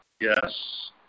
Yes